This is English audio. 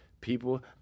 people